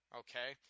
okay